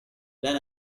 then